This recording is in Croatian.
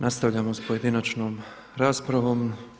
Nastavljamo sa pojedinačnom raspravom.